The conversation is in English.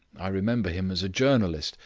i remember him as a journalist,